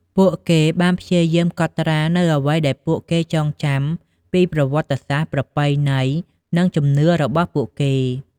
ពួកគេបានព្យាយាមកត់ត្រានូវអ្វីដែលពួកគេចងចាំពីប្រវត្តិសាស្ត្រ ប្រពៃណី និងជំនឿរបស់ពួកគេ។